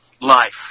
life